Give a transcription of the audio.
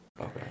Okay